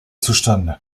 zustande